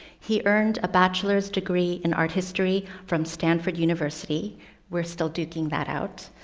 he earned a bachelor's degree in art history from stanford university we're still duking that out